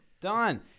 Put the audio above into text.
done